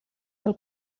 del